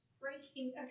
breaking